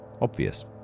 obvious